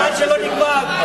הזמן שלו נגמר.